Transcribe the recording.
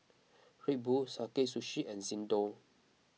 Red Bull Sakae Sushi and Xndo